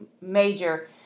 major